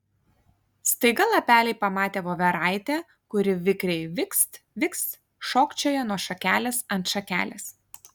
staiga lapeliai pamatė voveraitę kuri vikriai vikst vikst šokčioja nuo šakelės ant šakelės